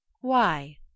Why